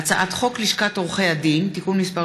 הצעת חוק לשכת עורכי הדין (תיקון מס'